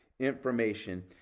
information